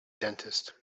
dentist